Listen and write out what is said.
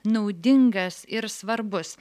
naudingas ir svarbus